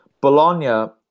Bologna